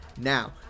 Now